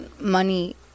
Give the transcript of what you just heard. money